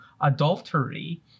adultery